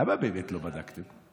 למה באמת לא בדקתם?